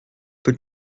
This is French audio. peux